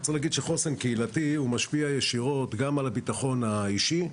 צריך להגיד שחוסן קהילתי הוא משפיע ישירות גם על הביטחון האישי,